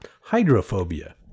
Hydrophobia